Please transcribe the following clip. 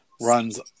runs